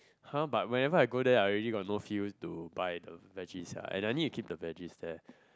!huh! but whenever I go there I already I got no feel to buy the veggie sia and I need to keep the veggie there